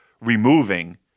removing